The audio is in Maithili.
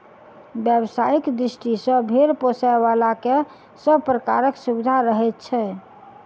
व्यवसायिक दृष्टि सॅ भेंड़ पोसयबला के सभ प्रकारक सुविधा रहैत छै